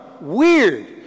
weird